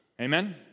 Amen